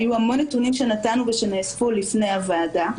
היו המון נתונים שנתנו ושנאספו לפני הוועדה.